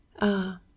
Ah